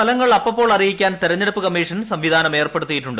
ഫലങ്ങൾ അപ്പപ്പോൾ അറിയിക്കാൻ തെരഞ്ഞെടുപ്പ് കമ്മീഷൻ സംവിധാനമേർപ്പെടുത്തിയിട്ടുണ്ട്